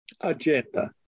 agenda